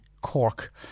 Cork